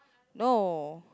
no